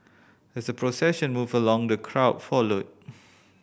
as the procession moved along the crowd followed